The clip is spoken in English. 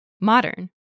modern